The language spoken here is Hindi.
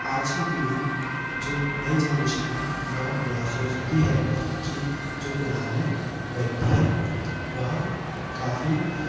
आज की पीढ़ी जो नई जेनेरेशन है वह यह सोचती है कि जो पुराने व्यक्ति हैं वह काफ़ी